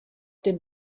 dem